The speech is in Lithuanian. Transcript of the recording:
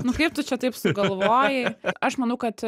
nu kaip tu čia taip sugalvojai aš manau kad